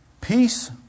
Peace